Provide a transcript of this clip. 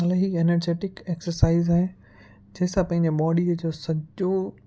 अलाई energetic exercise आहे जेसां पंहिंजे बॉडीअ जो सॼो